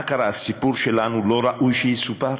מה קרה, הסיפור שלנו לא ראוי שיסופר?